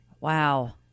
Wow